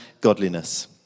godliness